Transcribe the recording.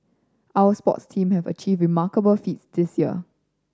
our sports team have achieved remarkable feats this year